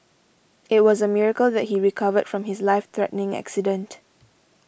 it was a miracle that he recovered from his life threatening accident